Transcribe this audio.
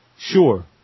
Sure